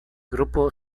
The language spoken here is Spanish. grupo